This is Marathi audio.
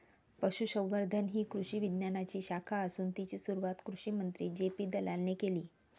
पशुसंवर्धन ही कृषी विज्ञानाची शाखा असून तिची सुरुवात कृषिमंत्री जे.पी दलालाने केले